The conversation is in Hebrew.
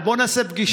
אבל בואו נעשה פגישה.